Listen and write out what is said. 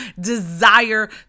desire